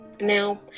Now